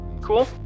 cool